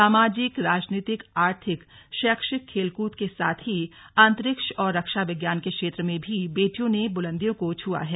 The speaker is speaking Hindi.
सामाजिक राजनीतिक आर्थिक शैक्षिक खेल कूद के साथ ही अंतरिक्ष और रक्षा विज्ञान के क्षेत्र में भी बेटियों ने बुलंदियों को छुआ है